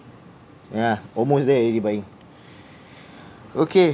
yeah almost there already buddy okay